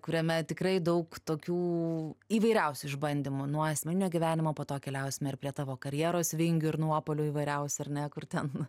kuriame tikrai daug tokių įvairiausių išbandymų nuo asmeninio gyvenimo po to keliausime ar prie tavo karjeros vingių ir nuopuolių įvairiausių ar ne kur ten